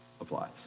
applies